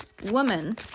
woman